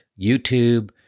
YouTube